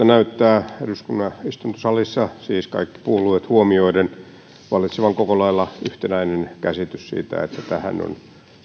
näyttää eduskunnan istuntosalissa siis kaikki puolueet huomioiden vallitsevan koko lailla yhtenäinen käsitys siitä että tähän on